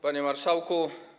Panie Marszałku!